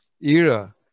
era